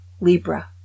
libra